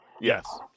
Yes